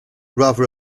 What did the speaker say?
rather